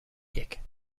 dick